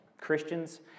Christians